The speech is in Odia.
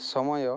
ସମୟ